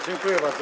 Dziękuję bardzo.